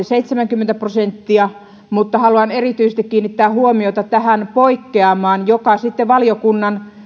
seitsemänkymmentä prosenttia mutta haluan erityisesti kiinnittää huomiota tähän poikkeamaan joka valiokunnan